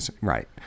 Right